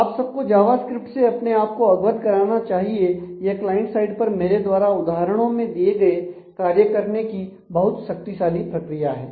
आप सबको जावास्क्रिप्ट से अपने आपको अवगत कराना चाहिए यह क्लाइंट साइड पर मेरे द्वारा उदाहरणों में दिए गए कार्य करने की बहुत शक्तिशाली प्रक्रिया है